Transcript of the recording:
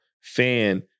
fan